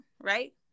Right